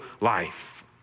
life